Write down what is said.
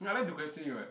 no I like to question you [what]